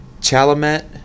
Chalamet